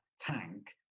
tank